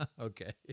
Okay